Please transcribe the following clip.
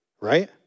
right